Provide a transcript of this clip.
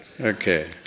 Okay